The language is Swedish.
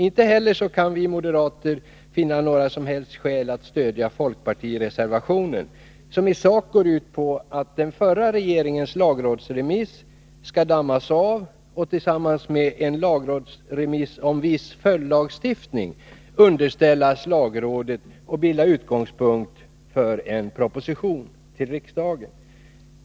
Inte heller kan vi moderater finna några som helst skäl att stödja folkpartireservationen, som i sak går ut på att den förra regeringens lagrådsremiss skall dammas av och tillsammans med en lagrådsremiss om viss följdlagstiftning underställas lagrådet och bilda utgångspunkt för en proposition till riksdagen.